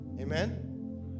Amen